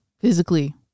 physically